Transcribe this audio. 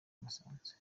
musanze